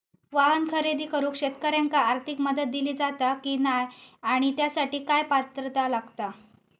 वाहन खरेदी करूक शेतकऱ्यांका आर्थिक मदत दिली जाता की नाय आणि त्यासाठी काय पात्रता लागता?